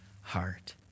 heart